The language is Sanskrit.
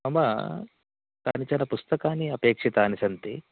मम कानिचन पुस्तकानि अपेक्षितानि सन्ति